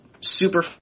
super –